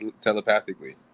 telepathically